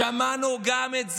שמענו גם את זה.